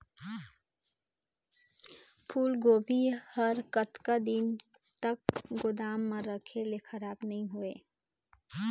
फूलगोभी हर कतका दिन तक गोदाम म रखे ले खराब नई होय?